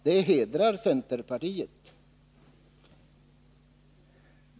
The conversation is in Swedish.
Det hedrar centerpartiet.